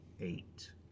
eight